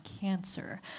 Cancer